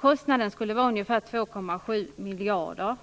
Kostnaden skulle uppgå till ca 2,7